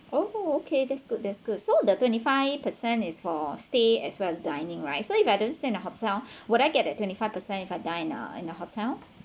oh okay that's good that's good so the twenty five percent is for stay as well as dining right so if I don't stay in the hotel would I get that twenty five percent if I dine ah in the hotel